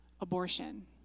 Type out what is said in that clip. abortion